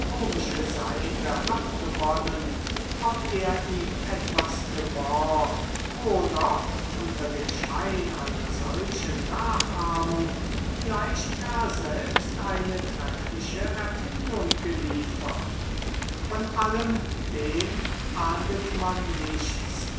seite abgewonnen ob er ihm etwas geborgt oder unter dem schein einer solchen nachahmung vielleicht gar selbst eine treffliche erfindung geliefert von allem dem ahndet man nichts